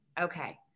Okay